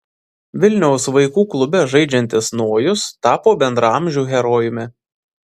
vilniaus vaikų klube žaidžiantis nojus tapo bendraamžių herojumi